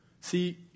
See